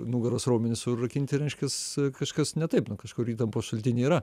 nugaros raumenys surakinti reiškias kažkas ne taip ten kažkur įtampos šaltiniai yra